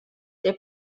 der